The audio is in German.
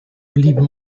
blieben